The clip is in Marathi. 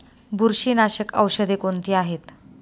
बुरशीनाशक औषधे कोणती आहेत?